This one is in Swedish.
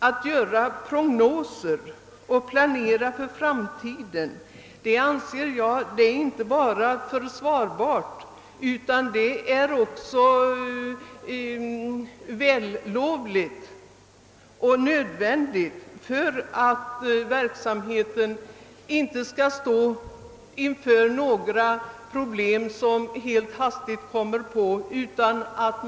Att uppgöra prognoser och planera för framtiden är enligt min uppfattning inte bara försvarbart, utan också vällovligt och nödvändigt, om verksamheten inte skall stå inför några hastigt påkommande problem.